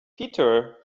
peter